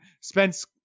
Spence